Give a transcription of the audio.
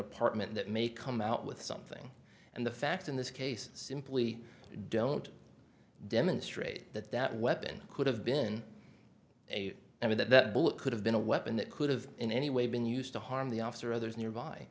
apartment that may come out with something and the facts in this case simply don't demonstrate that that weapon could have been a and that that bullet could have been a weapon that could have in any way been used to harm the officer others nearby